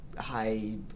high